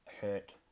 hurt